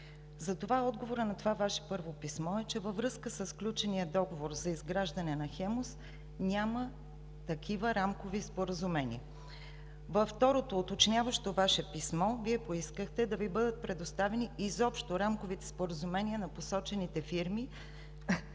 Затова отговорът на това Ваше първо писмо е, че във връзка със сключения договор за изграждане на „Хемус“ няма такива рамкови споразумения. Във второто, уточняващо Ваше писмо, Вие поискахте да Ви бъдат предоставени изобщо рамковите споразумения на посочените фирми